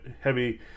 heavy